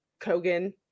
Kogan